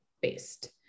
based